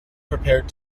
prepared